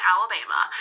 Alabama